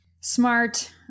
smart